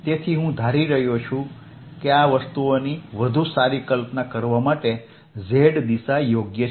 તેથી હું ધારી રહ્યો છું કે આ વસ્તુઓની વધુ સારી કલ્પના કરવા માટે z દિશા યોગ્ય છે